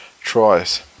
tries